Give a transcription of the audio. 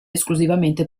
esclusivamente